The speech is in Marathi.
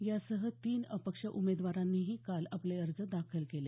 यासह तीन अपक्ष उमेदवारांनीही काल आपले अर्ज दाखल केले